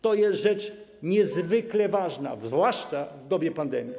To jest rzecz niezwykle ważna, zwłaszcza w dobie pandemii.